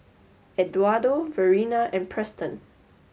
Eduardo Verena and Preston